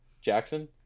Jackson